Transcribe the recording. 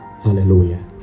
Hallelujah